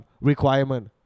requirement